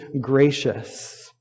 gracious